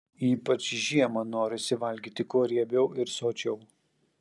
ypač žiemą norisi valgyti kuo riebiau ir sočiau